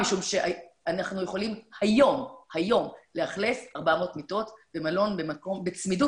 משום שאנחנו יכולים היום לאכלס 400 מיטות במלון בצמידות